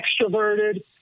extroverted